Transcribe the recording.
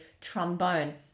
trombone